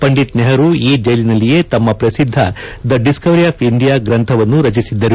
ಪಂಡಿತ್ ನೆಹರೂ ಈ ಜೈಲಿನಲ್ಲಿಯೇ ತಮ್ಮ ಪ್ರಸಿದ್ದ ಡಿಸ್ಕ ವರಿ ಆಫ್ ಇಂಡಿಯಾ ಗ್ರಂಥವನ್ನು ರಚಿಸಿದ್ದರು